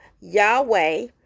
Yahweh